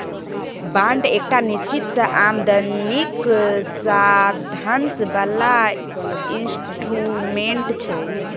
bond एकटा निश्चित आमदनीक साधंश बला इंस्ट्रूमेंट छै